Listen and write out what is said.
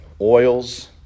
oils